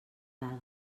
dades